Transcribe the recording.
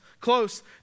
close